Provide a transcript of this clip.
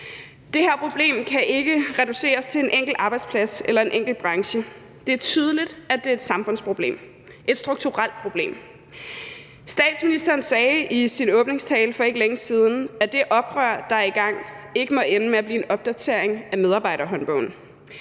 Det her problem kan ikke reduceres til en enkelt arbejdsplads eller en enkelt branche. Det er tydeligt, at det er et samfundsproblem, et strukturelt problem. Statsministeren sagde i sin åbningstale for ikke længe siden, at det oprør, der er i gang, ikke må ende med at blive en opdatering af medarbejderhåndbogen,